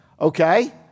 Okay